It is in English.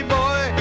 boy